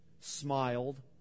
smiled